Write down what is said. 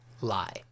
lie